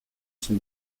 son